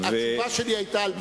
התשובה שלי היתה על דעתי.